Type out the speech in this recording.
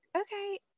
okay